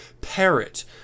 parrot